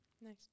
Nice